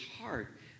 heart